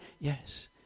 Yes